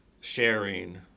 sharing